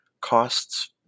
costs